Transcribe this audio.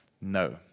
No